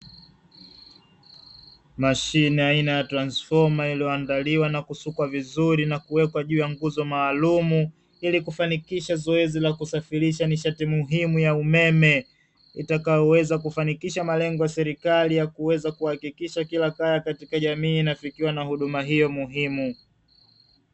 Mashine aina ya transfoma iliyoandaliwa na kusukwa vizuri na kuwekwa juu ya nguzo maalumu, ili kufanikisha zoezi la kusafirisha nishati muhimu ya umeme; utakaoweza kufanikisha malengo ya serikali ya kuweza kuhakikisha kila kaya katika jamii inafikiwa na huduma hii muhimu.